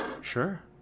Sure